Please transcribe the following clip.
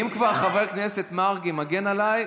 אם כבר חבר הכנסת מרגי מגן עליי,